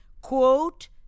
quote